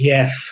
Yes